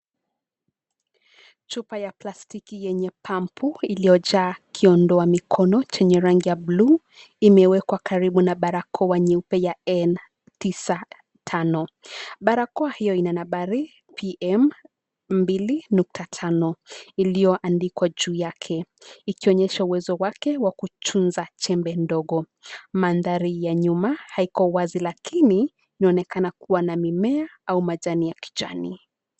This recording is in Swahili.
Chupa ya plastiki yenye pampu iliyojaa kuondoa mikono chenye rangi ya buluu imewekwa karibu na barakoa nyeupe ya N95 . Barakoa wa hiyo ina nambari PM2.5 iliyoandikwa juu yake. Ikionyesho wezo wake wakuchunza chembe ndogo. Mandhari ya nyuma haiko wazi lakini inaonekana kuwa na mimea au majani ya kijani.